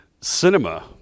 cinema